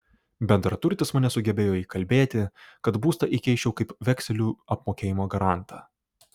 bendraturtis mane sugebėjo įkalbėti kad būstą įkeisčiau kaip vekselių apmokėjimo garantą